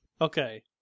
Okay